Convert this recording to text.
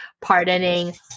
pardoning